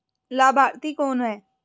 लाभार्थी कौन है?